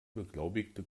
beglaubigte